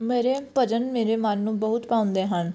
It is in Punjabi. ਮੇਰੇ ਭਜਨ ਮੇਰੇ ਮਨ ਨੂੰ ਬਹੁਤ ਭਾਉਂਦੇ ਹਨ